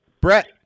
Brett